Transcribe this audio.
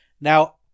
Now